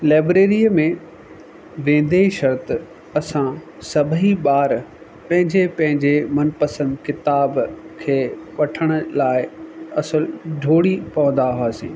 लाइब्रेरीअ में वेंदे ई शर्त असां सभई ॿार पंहिंजे पंहिंजे मनपसंदि किताब खे वठण लाइ असुलु ॾोढ़ी पवंदा हुआसीं